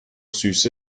süße